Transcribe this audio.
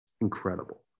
Incredible